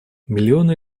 миллионы